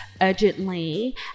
urgently